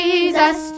Jesus